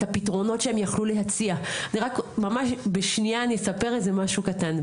הפתרונות שהם יכלו להציע ואני רק ממש בשנייה אני אספר איזה משהו קטן,